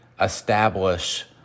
establish